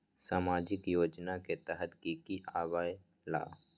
समाजिक योजना के तहद कि की आवे ला?